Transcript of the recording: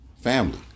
family